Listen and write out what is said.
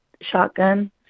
shotgun